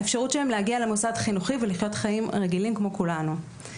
האפשרות שלהם להגיע למוסד חינוכי ולחיות חיים רגילים כמו כולנו,